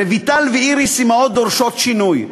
רויטל ואיריס, אימהות דורשות שינוי,